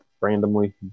randomly